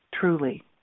Truly